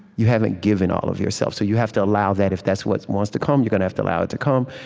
you haven't given all of yourself. so you have to allow that, if that's what wants to come you're going to have to allow it to come.